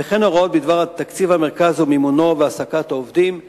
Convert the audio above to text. והוראות בדבר תקציב המרכז ומימונו והעסקת עובדים בו,